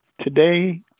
Today